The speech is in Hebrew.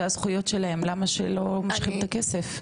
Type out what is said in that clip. זה הזכויות שלהם, למה לא מושכים את הכסף?